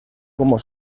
como